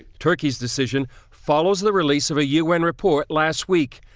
turkey's decision follows the release of a un report last week.